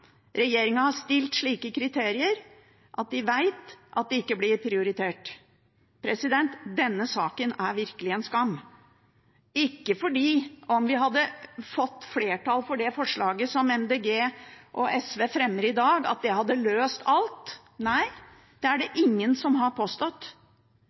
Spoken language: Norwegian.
har stilt slike kriterier at de vet de ikke blir prioritert. Denne saken er virkelig en skam, ikke fordi det hadde løst alt om vi hadde fått flertall for det forslaget som Miljøpartiet De Grønne og SV fremmer i dag. Nei, det er det ingen som har påstått. Men det